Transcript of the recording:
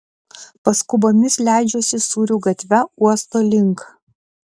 paskubomis leidžiuosi sūrių gatve uosto link